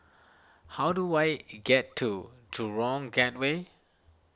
how do I get to Gateway